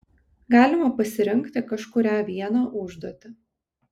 galima pasirinkti kažkurią vieną užduotį